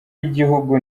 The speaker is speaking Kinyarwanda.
w’igihugu